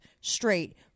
straight